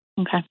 Okay